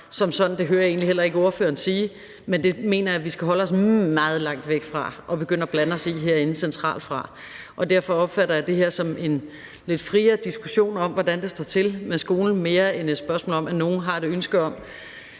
Det hører jeg egentlig heller ikke ordføreren sige, men det mener jeg vi skal holde os meget langt fra at begynde at blande os i centralt fra herinde. Og derfor opfatter jeg det her som en lidt friere diskussion om, hvordan det står til med skolen, mere end at det er et spørgsmål om, at nogle har et ønske om